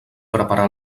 preparar